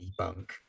debunk